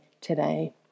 today